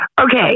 Okay